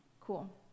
cool